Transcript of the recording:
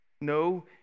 No